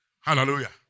hallelujah